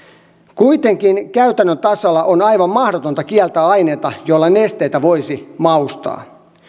kuitenkin on aivan mahdotonta kieltää aineita joilla nesteitä voisi maustaa